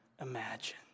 imagine